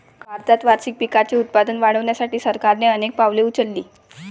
भारतात वार्षिक पिकांचे उत्पादन वाढवण्यासाठी सरकारने अनेक पावले उचलली